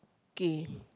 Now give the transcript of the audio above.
K